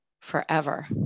forever